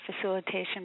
facilitation